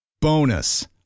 Bonus